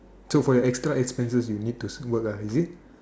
so for your extra expenses you need to work lah is it